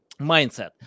mindset